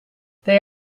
they